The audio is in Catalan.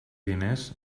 diners